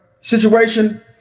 situation